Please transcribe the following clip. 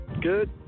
Good